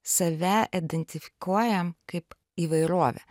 save identifikuojam kaip įvairovę